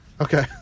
Okay